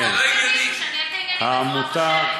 העמותה,